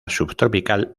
subtropical